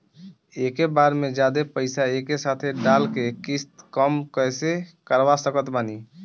एके बार मे जादे पईसा एके साथे डाल के किश्त कम कैसे करवा सकत बानी?